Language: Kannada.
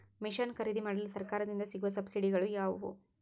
ಮಿಷನ್ ಖರೇದಿಮಾಡಲು ಸರಕಾರದಿಂದ ಸಿಗುವ ಸಬ್ಸಿಡಿಗಳು ಯಾವುವು?